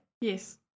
yes